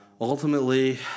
ultimately